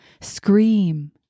Scream